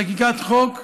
לחקיקת חוק חלופי.